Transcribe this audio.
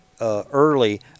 Early